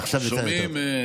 עכשיו שומעים.